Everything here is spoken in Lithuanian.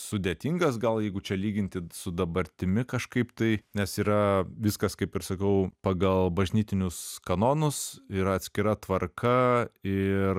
sudėtingas gal jeigu čia lyginti su dabartimi kažkaip tai nes yra viskas kaip ir sakau pagal bažnytinius kanonus yra atskira tvarka ir